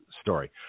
story